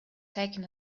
taken